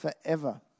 forever